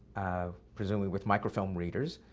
ah presumably with microfilm readers,